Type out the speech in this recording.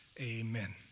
Amen